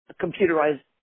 computerized